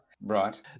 right